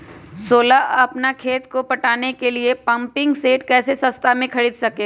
सोलह अपना खेत को पटाने के लिए पम्पिंग सेट कैसे सस्ता मे खरीद सके?